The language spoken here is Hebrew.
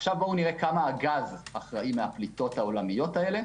כמה הגז אחראי מהפליטות העולמיות האלה.